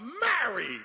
married